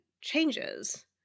changes